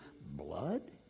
blood